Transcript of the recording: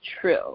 true